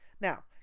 Now